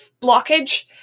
blockage